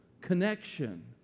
connection